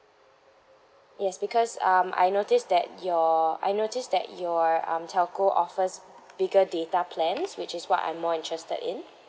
yes because um I notice that your I notice that your um telco offers bigger data plans which is what I'm more interested in